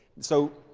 so